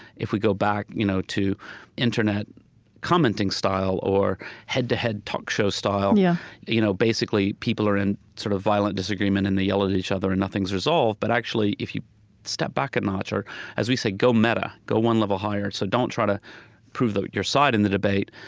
if we go back you know to internet commenting style or head-to-head talk show style, yeah you know basically, people are in sort of violent disagreement, and they yell at each other, and nothing is resolved. but actually, if you step back a notch, or as we say, go meta, go one level higher so don't try to prove your side in the debate,